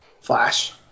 Flash